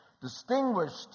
distinguished